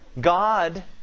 God